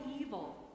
evil